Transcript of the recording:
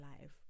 life